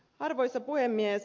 arvoisa puhemies